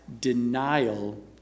denial